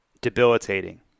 debilitating